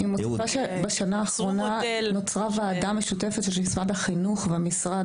בשנה האחרונה נוצרה ועדה משותפת של משרד החינוך ומשרד